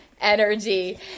energy